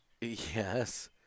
Yes